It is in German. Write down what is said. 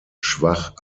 schwach